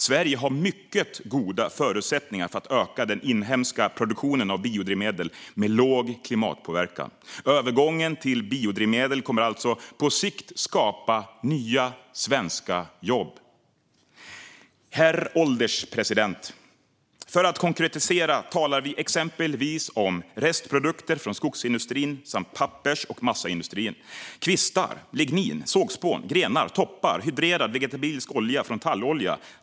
Sverige har mycket goda förutsättningar att öka den inhemska produktionen av biodrivmedel med låg klimatpåverkan. Övergången till biodrivmedel kommer alltså på sikt att skapa nya svenska jobb. Herr ålderspresident! För att konkretisera talar vi exempelvis om restprodukter från skogsindustrin samt pappers och massaindustrin: kvistar, lignin, sågspån, grenar, toppar och hydrerad vegetabilisk olja från tallolja.